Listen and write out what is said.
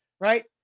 right